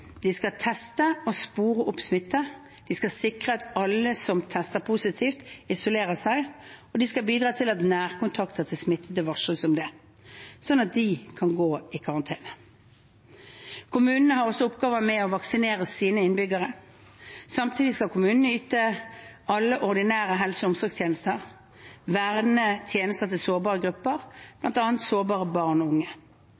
De skal teste og spore opp smitte, de skal sikre at alle som tester positivt, isolerer seg, og de skal bidra til at nærkontakter til smittede varsles om det, slik at de kan gå i karantene. Kommunene har også oppgaven med å vaksinere sine innbyggere. Samtidig skal kommunene yte alle ordinære helse- og omsorgstjenester og verne tjenestene til sårbare grupper,